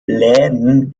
läden